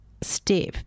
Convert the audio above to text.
step